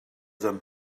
them